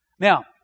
Now